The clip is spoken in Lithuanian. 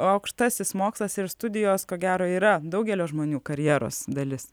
aukštasis mokslas ir studijos ko gero yra daugelio žmonių karjeros dalis